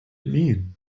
mean